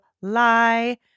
lie